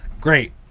great